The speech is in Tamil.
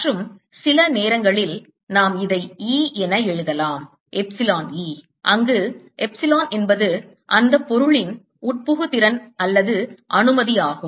மற்றும் சில நேரங்களில் நாம் இதை E என எழுதலாம் எப்சிலோன் E அங்கு எப்சிலோன் என்பது அந்த பொருளின் உட்புகுதிறன் அல்லது அனுமதியாகும்